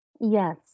Yes